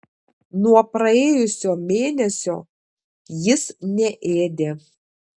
nuo praėjusio mėnesio jis neėdė